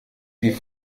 die